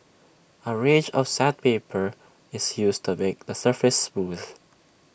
A range of sandpaper is used to make the surface smooth